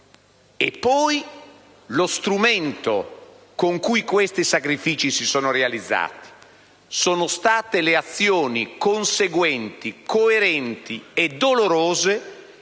e poi allo strumento con cui questi sacrifici si sono realizzati: sono state le azioni conseguenti, coerenti e dolorose,